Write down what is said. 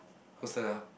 whose turn ah